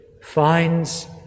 finds